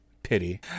pity